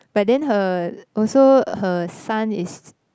but then her also her son is